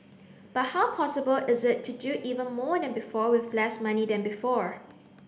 but how possible is it to do even more than before with less money than before